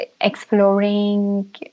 exploring